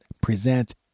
present